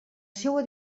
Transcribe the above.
seua